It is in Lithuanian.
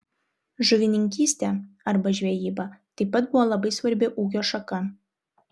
žuvininkystė arba žvejyba taip pat buvo labai svarbi ūkio šaka